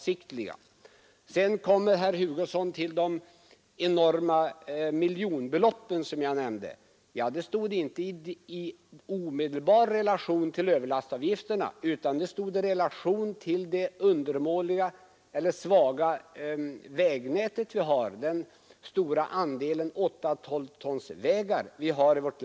Slutligen tog herr Hugosson också upp de miljonbelopp som jag tidigare nämnde, men de stod inte i omedelbar relation till överlastavgifterna utan till det svaga vägnät vi har, alltså till den stora andelen 8/12 tons vägar här i landet.